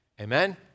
Amen